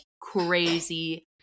crazy